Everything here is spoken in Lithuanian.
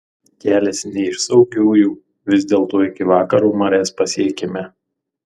kelias ne iš saugiųjų vis dėlto iki vakaro marias pasiekėme